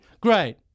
Great